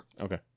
Okay